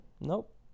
Nope